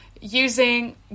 using